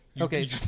Okay